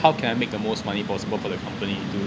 how can I make the most money possible for the company to